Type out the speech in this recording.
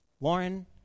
Lauren